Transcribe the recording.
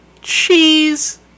cheese